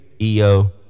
EO